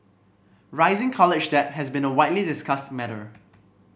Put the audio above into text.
rising college debt has been a widely discussed matter